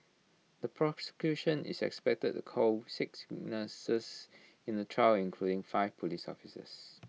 the prosecution is expected to call six witnesses in the trial including five Police officers